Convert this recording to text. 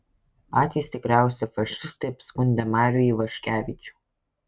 patys tikriausi fašistai apskundę marių ivaškevičių